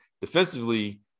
defensively